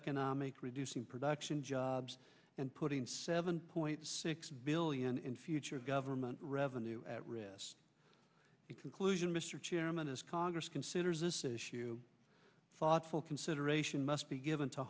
economic reducing production jobs and putting seven point six billion in future government revenue at recess the conclusion mr chairman this congress considers this issue thoughtful consideration must be given to